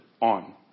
on